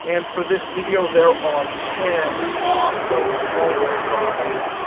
and for this video there are ten awesome homework problems.